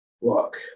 Look